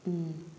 ꯎꯝ